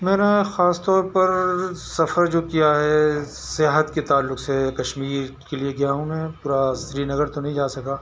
میں نے خاص طور پر سفر جو كیا ہے صحت کے تعلق سے کشمیر کے لیے گیا ہوں میں پورا سری نگر تو نہیں جا سکا